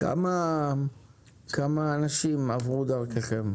כמה אנשים עברו דרככם?